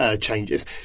changes